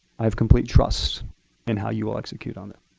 i have complete trust in how you will execute on it.